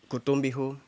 Kutum Bihu